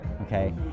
okay